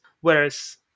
Whereas